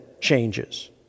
changes